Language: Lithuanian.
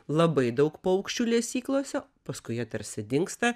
labai daug paukščių lesyklose paskui jie tarsi dingsta